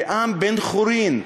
בעם בן-חורין,